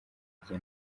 hirya